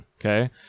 Okay